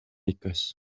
écosse